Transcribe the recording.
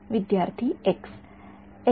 विद्यार्थी X x